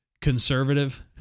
conservative